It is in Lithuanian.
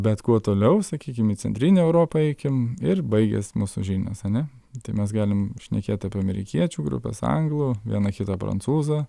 bet kuo toliau sakykim į centrinę europą eikim ir baigias mūsų žinios ane tai mes galim šnekėt apie amerikiečių grupes anglų vieną kitą prancūzą